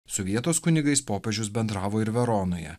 su vietos kunigais popiežius bendravo ir veronoje